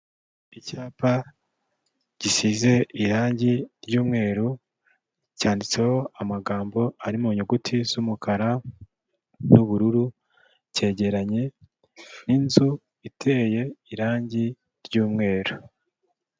Icyapa gisize irangi ry'umweru, cyanditseho amagambo ari mu nyuguti z'umukara n'ubururu, cyegeranye n'inzu iteye irangi ry'umweru.